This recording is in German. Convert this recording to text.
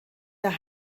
der